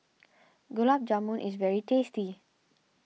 Gulab Jamun is very tasty